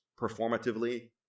performatively